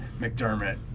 McDermott